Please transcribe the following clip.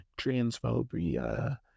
transphobia